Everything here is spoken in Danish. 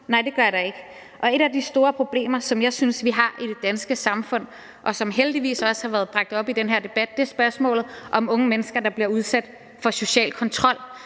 Nej, det gør det ikke. Og et af de store problemer, som jeg synes vi har i det danske samfund, og som heldigvis også har været bragt op i den her debat, er spørgsmålet om unge mennesker, der bliver udsat for social kontrol